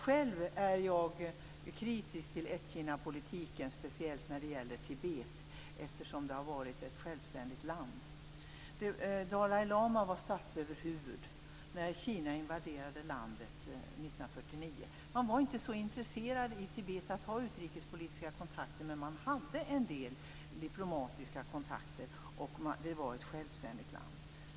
Själv är jag kritisk till ett-Kina-politiken, speciellt när det gäller Tibet, eftersom det har varit ett självständigt land. Dalai Lama var statsöverhuvud när Kina invaderade landet 1949. Man var inte så intresserad i Tibet av att ha utrikespolitiska kontakter, men man hade en del diplomatiska kontakter. Det var ett självständigt land.